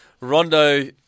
Rondo